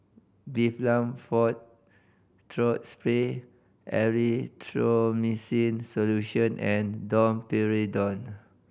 Difflam Forte Throat Spray Erythroymycin Solution and Domperidone